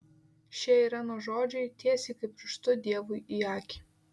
šie irenos žodžiai tiesiai kaip pirštu dievui į akį